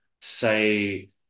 say